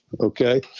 okay